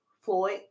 Floyd